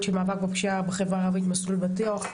של מאבק בפשיעה בחברה הערבית "מסלול בטוח",